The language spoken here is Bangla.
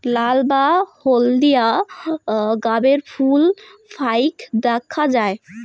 নাল বা হলদিয়া গাবের ফুল ফাইক দ্যাখ্যা যায়